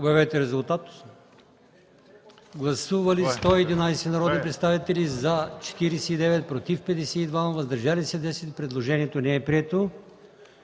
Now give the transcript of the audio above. гласувайте. Гласували 111 народни представители: за 49, против 52, въздържали се 10. Предложението не е прието.